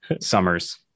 Summers